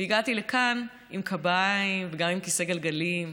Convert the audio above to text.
הגעתי לכאן עם קביים, וגם עם כיסא גלגלים.